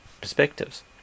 perspectives